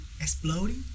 exploding